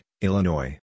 Illinois